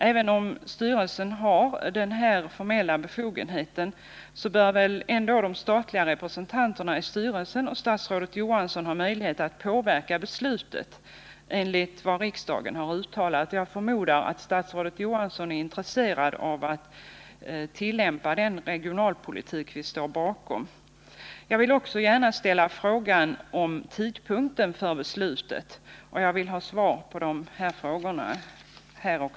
Även om styrelsen har denna formella befogenhet bör de statliga representanterna i styrelsen och statsrådet Johansson ha möjlighet att påverka beslutet i enlighet med vad riksdagen har uttalat. Jag förmodar att statsrådet Johansson är intresserad av att tillämpa den regionalpolitik som vi står bakom. Jag vill också ställa frågan vid vilken tidpunkt man beräknar att beslutet kan fattas. Jag vill här och nu ha svar på dessa frågor.